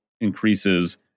increases